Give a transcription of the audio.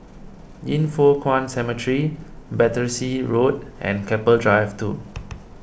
Yin Foh Kuan Cemetery Battersea Road and Keppel Drive two